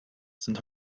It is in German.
sind